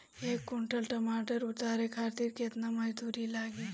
एक कुंटल टमाटर उतारे खातिर केतना मजदूरी लागी?